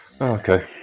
Okay